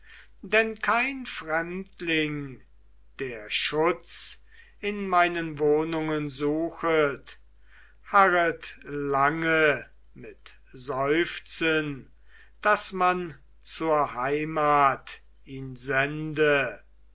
denn kein fremdling der schutz in meinen wohnungen suchet harret lange mit seufzen daß man zur heimat ihn sende